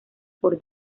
por